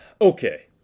Okay